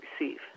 receive